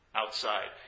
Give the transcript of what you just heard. outside